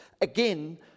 again